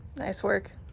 nice work.